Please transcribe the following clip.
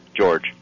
George